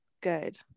good